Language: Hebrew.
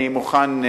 אני מוכן,